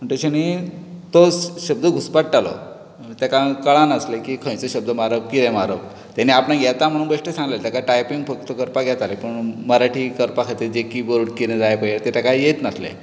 पूण तशें न्ही तो शब्द घुस्पट्टालो तेका कळनासलें की खंयचो शब्द मारप कितें मारप तेणी आपणाक येता म्हणून बेश्टें सांगले तेका टायपिंग करपाक फक्त येतालें पूण मराठी करपा खातीर जें किबोर्ड कितें जाय तें पळय ताका येच नासलें